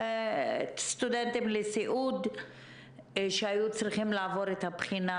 לסטודנטים לסיעוד שהיו צריכים לעבור את הבחינה